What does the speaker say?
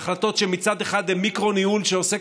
החלטות שמצד אחד הן מיקרו-ניהול שעוסק